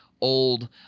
old